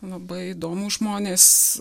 labai įdomūs žmonės